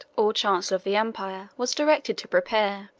or chancellor of the empire, was directed to prepare